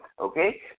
okay